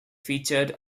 featured